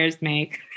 make